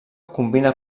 combina